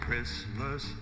Christmas